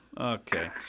Okay